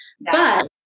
But-